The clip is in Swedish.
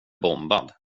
bombad